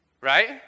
right